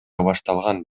башталган